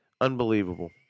Unbelievable